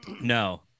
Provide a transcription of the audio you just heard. no